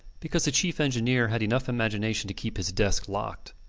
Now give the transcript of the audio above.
because the chief engineer had enough imagination to keep his desk locked.